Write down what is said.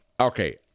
okay